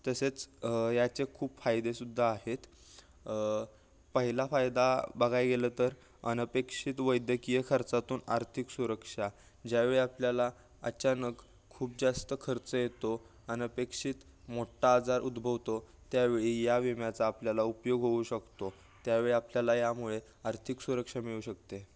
तसेच याचे खूप फायदेसुद्धा आहेत पहिला फायदा बघाय गेलं तर अनपेक्षित वैद्यकीय खर्चातून आर्थिक सुरक्षा ज्यावेळी आपल्याला अचानक खूप जास्त खर्च येतो अनपेक्षित मोठा आजार उद्भवतो त्यावेळी या विम्याचा आपल्याला उपयोग होऊ शकतो त्यावेळी आपल्याला यामुळे आर्थिक सुरक्षा मिळू शकते